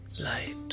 light